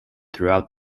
throughout